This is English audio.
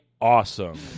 awesome